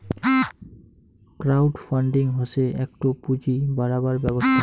crowd funding হসে একটো পুঁজি বাড়াবার ব্যবস্থা